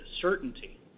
certainty